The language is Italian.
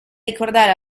ricordare